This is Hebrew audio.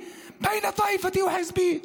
הכול התחיל מחקיקת חוקים מפלים וכלליים,